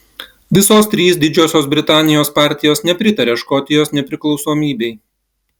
visos trys didžiosios britanijos partijos nepritaria škotijos nepriklausomybei